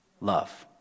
love